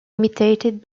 imitated